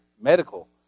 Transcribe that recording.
medical